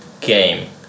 game